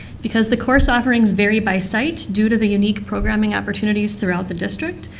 because the course offerings vary by site due to the unique programming opportunities throughout the district,